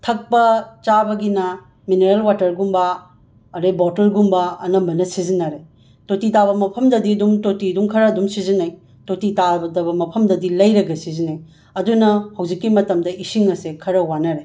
ꯊꯛꯄ ꯆꯥꯕꯒꯤꯅ ꯃꯤꯅꯔꯦꯜ ꯋꯥꯇꯔꯒꯨꯝꯕ ꯑꯗꯒꯤ ꯕꯣꯇꯜꯒꯨꯝꯕ ꯑꯅꯝꯕꯅ ꯁꯤꯖꯤꯟꯅꯔꯦ ꯇꯣꯇꯤ ꯇꯥꯕ ꯃꯐꯝꯗꯗꯤ ꯑꯗꯨꯝ ꯇꯣꯇꯤ ꯑꯗꯨꯝ ꯈꯔ ꯑꯗꯨꯝ ꯁꯤꯖꯤꯟꯅꯩ ꯇꯣꯇꯤ ꯇꯥꯗꯕ ꯃꯐꯝꯗꯗꯤ ꯂꯩꯔꯒ ꯁꯤꯖꯤꯟꯅꯩ ꯑꯗꯨꯅ ꯍꯧꯖꯤꯛꯀꯤ ꯃꯇꯝꯗ ꯏꯁꯤꯡ ꯑꯁꯦ ꯈꯔ ꯋꯥꯅꯔꯦ